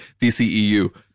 DCEU